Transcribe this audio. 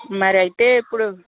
మరైతే ఇప్పుడు